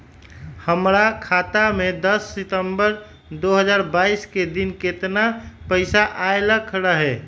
हमरा खाता में दस सितंबर दो हजार बाईस के दिन केतना पैसा अयलक रहे?